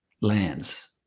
lands